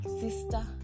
sister